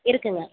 இருக்குங்க